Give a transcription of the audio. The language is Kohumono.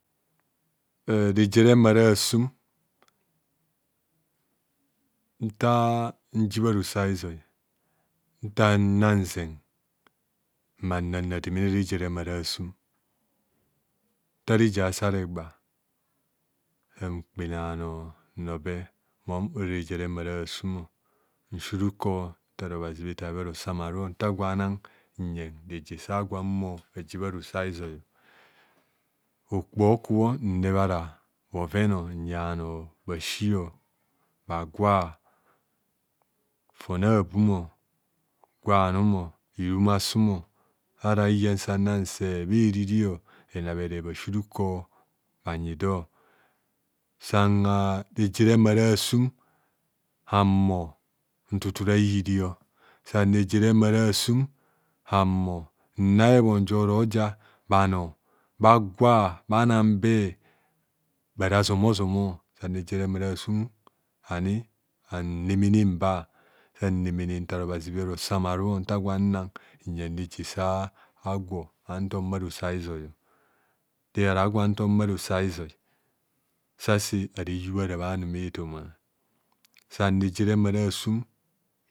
Reje romare asum nta nsi bhanoso izo nta rademene nanze ma nang rademene reje remare aasum nta reje asa regba mkpene bhanoo no mum ora rejr remare aasum nsi ruko. Nthar obhazi bhero samaru nta nang nyeng nji bharo so aizo okpoho okubho nebhara boven nyi bhanoo bhasi bhagwa fon abum o hwa anum hiruma sum o hiyana sanaora enabere bha hijaany asi rukuo bhanyi do san reje remare asum nthuthura enyiri san reje remare aasum hanhumo na- eghon ja bhanoo aragwa bhanang be sanyang be bha raa zomozomo sa nsi ruko nta nan thaar obhazi bero san anhumo anang bhoven fa anhumo aji bharoso aizoi